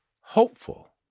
hopeful